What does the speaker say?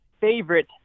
favorite